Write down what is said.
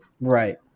right